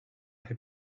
peu